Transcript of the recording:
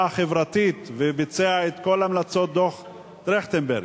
החברתית וביצע את כל המלצות דוח-טרכטנברג.